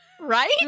right